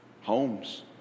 homes